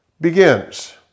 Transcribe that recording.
begins